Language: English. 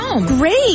Great